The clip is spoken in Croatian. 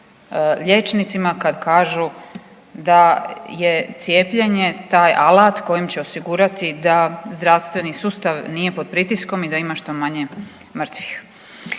liječnicima kada kažu da je cijepljenje taj alat kojim će osigurati da zdravstveni sustav nije pod pritiskom i da ima što manje mrtvih.